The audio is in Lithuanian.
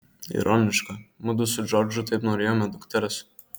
ironiška mudu su džordžu taip norėjome dukters